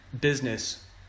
business